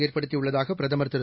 ஏற்படுத்தியுள்ளதாக பிரதமர் திரு